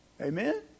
Amen